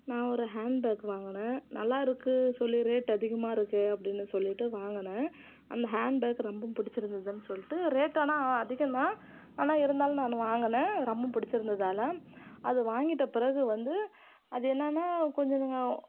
நான் ஒரு ஹேண்ட்பேக் வாங்கினேன் நல்லா இருக்குது சொல்லி ரேட் அதிகமாக இருக்கே அப்படின்னு சொல்லிட்டு வாங்கினேன் அந்த ஹேண்ட்பேக் ரொம்ப பிடிச்சிருந்ததுன்னு சொல்லிட்டு ரேட் ஆனால் அதிகம்தான் ஆனால் இருந்தாலும் நான் வாங்கினேன் ரொம்ப பிடிச்சிருந்ததுதால அது வாங்கிட்ட பிறகு வந்து அது என்னான்னால் கொஞ்சம்